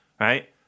right